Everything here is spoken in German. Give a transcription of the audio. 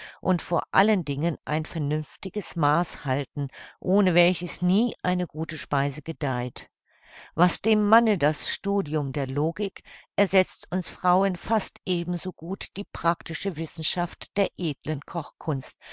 und vor allen dingen ein vernünftiges maßhalten ohne welches nie eine gute speise gedeiht was dem manne das studium der logik ersetzt uns frauen fast eben so gut die praktische wissenschaft der edlen kochkunst